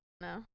No